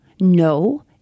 No